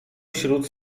wśród